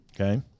Okay